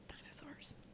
dinosaurs